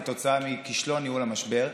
כתוצאה מכישלון ניהול המשבר,